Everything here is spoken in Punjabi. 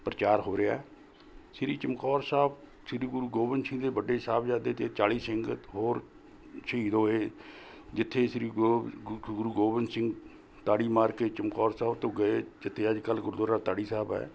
ਪ੍ਰਚਾਰ ਹੋ ਰਿਹਾ ਸ਼੍ਰੀ ਚਮਕੌਰ ਸਾਹਿਬ ਸ਼੍ਰੀ ਗੁਰੂ ਗੋਬਿੰਦ ਸਿੰਘ ਦੇ ਵੱਡੇ ਸਾਹਿਬਜ਼ਾਦੇ ਅਤੇ ਚਾਲ਼ੀ ਸਿੰਘ ਹੋਰ ਸ਼ਹੀਦ ਹੋਏ ਜਿੱਥੇ ਸ਼੍ਰੀ ਗੁ ਗੁਰੂ ਗੋਬਿੰਦ ਸਿੰਘ ਤਾੜੀ ਮਾਰ ਕੇ ਚਮਕੌਰ ਸਾਹਿਬ ਤੋਂ ਗਏ ਜਿੱਥੇ ਅੱਜ ਕੱਲ੍ਹ ਗੁਰਦੁਆਰਾ ਤਾੜੀ ਸਾਹਿਬ ਹੈ